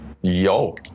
Yo